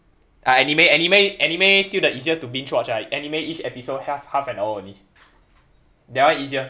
ah anime anime anime still the easiest to binge watch ah anime each episode half half an hour only that one easiest